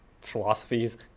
philosophies